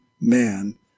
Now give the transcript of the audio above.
man